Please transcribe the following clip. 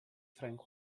frank